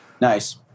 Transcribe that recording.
Nice